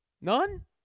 None